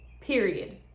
period